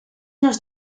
nos